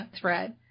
thread